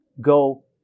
go